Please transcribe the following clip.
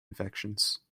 infections